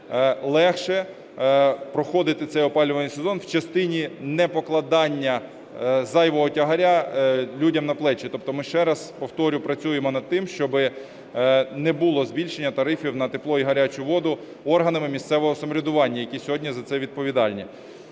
легше проходити цей опалювальний сезон у частині неплокадання зайвого тягаря людям на плечі. Тобто ми, ще раз повторюю, працюємо над тим, щоби не було збільшення тарифів на тепло і гарячу воду органами місцевого самоврядування, які сьогодні за це відповідальні.